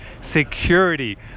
security